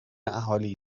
اهالی